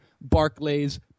Barclays